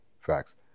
Facts